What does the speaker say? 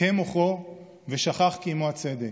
אכהה מוחו / ושכח כי עימו הצדק.